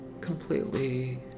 completely